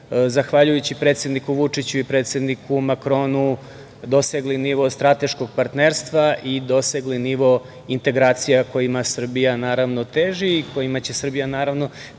zahvaljujući predsedniku Vučiću i predsedniku Makronu dosegli nivo strateškog partnerstva i dosegli nivo integracija kojima Srbija naravno teži i kojima će Srbija naravno